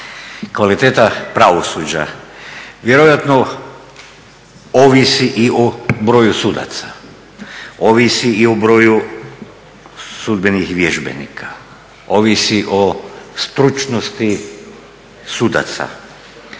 Kvaliteta pravosuđa vjerojatno ovisi i o broju sudaca, ovisi i o broju sudbenih vježbenika, ovisi o stručnosti sudaca,